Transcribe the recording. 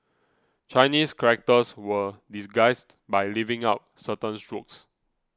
Chinese characters were disguised by leaving out certain strokes